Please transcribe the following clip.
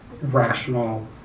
rational